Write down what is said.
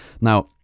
Now